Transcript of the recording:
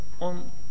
on